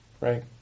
right